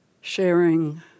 sharing